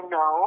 no